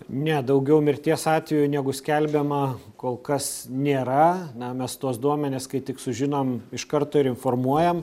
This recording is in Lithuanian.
ne daugiau mirties atvejų negu skelbiama kol kas nėra na mes tuos duomenis kai tik sužinom iš karto informuojam